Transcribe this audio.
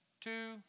Two